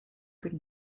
good